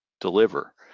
deliver